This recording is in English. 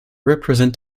represent